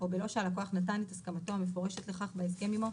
או בלא שהלקוח נתן את הסכמתו המפורשת לכך בהסכם עמו,